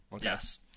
Yes